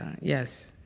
Yes